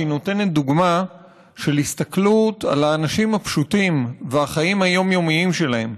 והיא נותנת דוגמה של הסתכלות על האנשים הפשוטים והחיים היומיומיים שלהם.